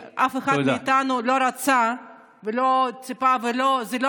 כי אף אחד מאיתנו לא רצה ולא ציפה וזו לא